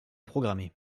programmer